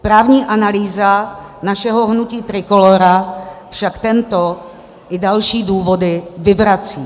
Právní analýza našeho hnutí Trikolora však tento i další důvody vyvrací.